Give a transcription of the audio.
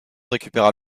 récupéra